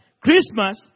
Christmas